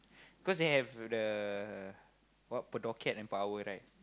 cause they have the what p~ docket and power right